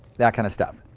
that kind of stuff.